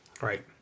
Right